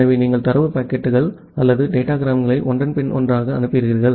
எனவே நீங்கள் தரவு பாக்கெட்டுகள் அல்லது டேட்டாக்கிராம்களை ஒன்றன் பின் ஒன்றாக அனுப்புகிறீர்கள்